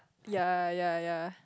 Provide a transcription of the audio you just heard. yea yea yea